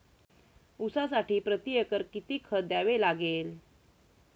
ऊसासाठी प्रतिएकर किती खत द्यावे लागेल?